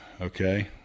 Okay